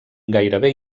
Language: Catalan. gairebé